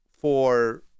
for-